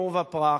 עורבא פרח.